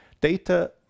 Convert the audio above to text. data